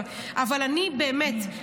אבל באמת,